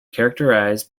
characterised